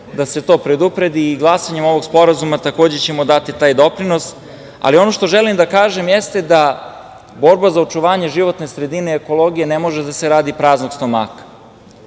da se to predupredi. Glasanjem ovog sporazuma takođe ćemo dati taj doprinos, ali ono što želim da kažem jeste da borba za očuvanje životne sredine i ekologije ne može da se radi praznog stomaka.Za